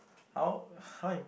how how im~